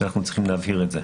אנחנו צריכים להבהיר את זה.